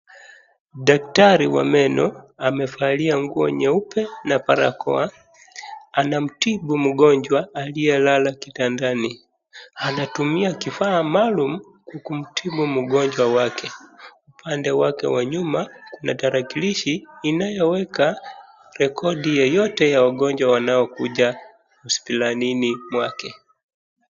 Daktari wa meno amevalia nguo nyeupe na barakoa, anamtibu mgonjwa aliyelala kitanda, anatumia kifaa maalum kumtibu mgonjwa wake. Upande wake wa nyuma kuna tarakilishi inayoweka rekodi yeyote ya wagonjwa wote wanaokuja hospitalini mwake.